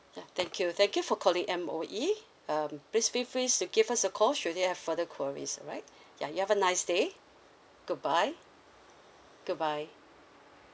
yeah thank you thank you for calling M_O_E um please feel frees to give us a call should you have further queries all right ya you have a nice day goodbye goodbye